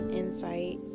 insight